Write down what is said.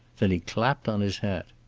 then he clapped on his hat.